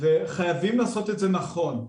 וחייבים לעשות את זה נכון.